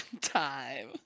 time